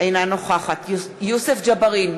אינה נוכחת יוסף ג'בארין,